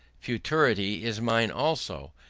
futurity is mine also,